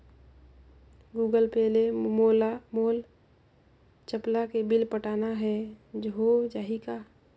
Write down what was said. Google Pay ले मोल चपला के बिल पटाना हे, हो जाही का?